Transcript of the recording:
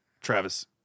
Travis